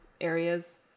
areas